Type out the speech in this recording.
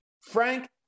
Frank